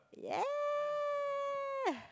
ya